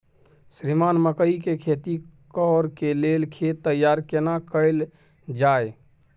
श्रीमान मकई के खेती कॉर के लेल खेत तैयार केना कैल जाए?